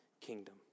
kingdom